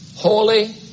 holy